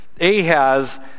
Ahaz